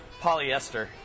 polyester